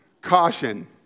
Caution